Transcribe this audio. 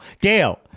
Dale